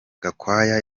gakwaya